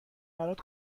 برات